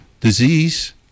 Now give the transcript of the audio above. Disease